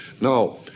Now